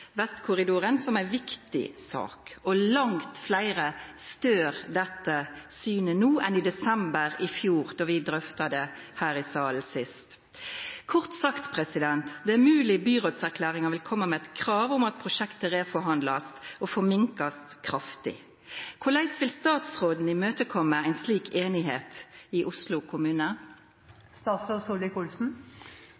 Vestkorridoren, som ei viktig sak, og langt fleire stør dette synet no enn i desember i fjor då vi drøfta det her i salen sist. Kort sagt: Det er mogleg byrådserklæringa vil koma med eit krav om at prosjektet blir reforhandla og forminska kraftig. Korleis vil statsråden imøtekoma ei slik einigheit i Oslo kommune?